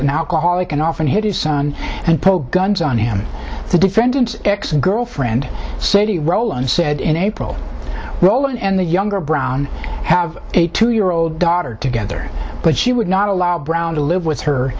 an alcoholic and often hit his son and pull guns on him the defendant ex girlfriend city rowland said in april rowling and the younger brown have a two year old daughter together but she would not allow brown to live with her